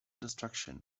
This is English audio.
destruction